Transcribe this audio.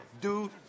dude